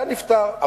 היה נפתר.